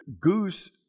Goose